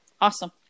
Awesome